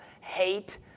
hate